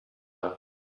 var